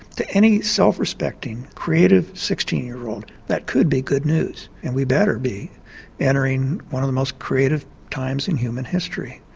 to any self-respecting creative sixteen year old, that could be good news, and we better be entering one of the most creative times in human history.